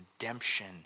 redemption